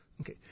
Okay